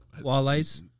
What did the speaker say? Walleyes